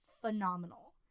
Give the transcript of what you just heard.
phenomenal